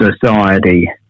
society